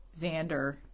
Xander